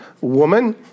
woman